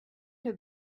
have